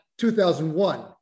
2001